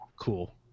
cool